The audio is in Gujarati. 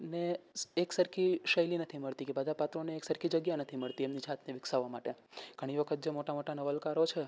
ને એકસરખી શૈલી નથી મળતી કે બધા પાત્રોને એકસરખી જગ્યા નથી મળતી એમની જાતને વિકસાવવા માટે ઘણી વખત જે મોટા મોટા નવલકારો છે